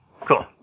Cool